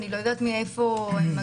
אני לא יודעת מאיפה הן מגיעות,